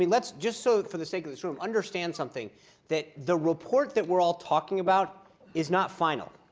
let's, just so for the sake of this room, understand something that the report that we're all talking about is not final.